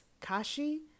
Kashi